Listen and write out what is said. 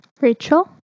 Rachel